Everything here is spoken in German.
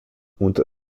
unter